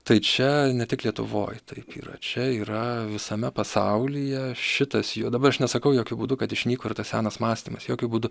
tai čia ne tik lietuvoj taip yra čia yra visame pasaulyje šitas jo dabar aš nesakau jokiu būdu kad išnyko ir tas senas mąstymas jokiu būdu